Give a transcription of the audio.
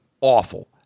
awful